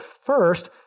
first